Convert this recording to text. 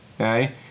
okay